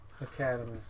Academy